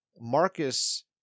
Marcus